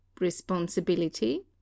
responsibility